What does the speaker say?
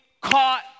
caught